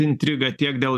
intrigą tiek dėl